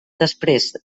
després